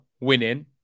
winning